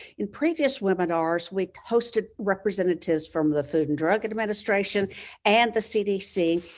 in previous webinars, we hosted representatives from the food and drug administration and the cdc.